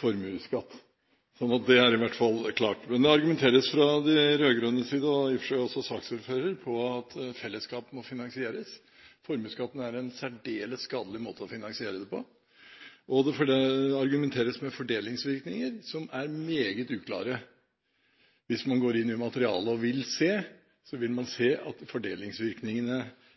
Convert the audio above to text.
formuesskatt, så iallfall det er klart. Det argumenteres fra de rød-grønnes side, og i og for seg av saksordføreren, for at fellesskapet må finansieres. Formuesskatten er en særdeles skadelig måte å finansiere det på. Det argumenteres med fordelingsvirkninger som er meget uklare. Hvis man går inn i materialet og vil se, vil man se at fordelingsvirkningene